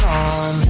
on